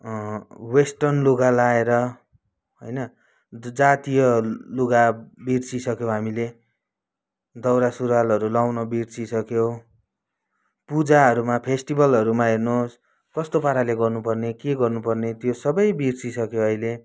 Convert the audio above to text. western लुगा लाएर होइन जातीय लुगा बिर्सिसक्यौँ हामीले दौरा सुरुवालहरू लाउन बिर्सिसक्यौँ पूजाहरूमा फेस्टिबलहरूमा हेर्नुहोस् कस्तो पाराले गर्नुपर्ने के गर्नुपर्ने त्यो सबै बिर्सिसक्यो अहिले